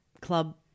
club